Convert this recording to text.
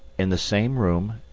in the same room,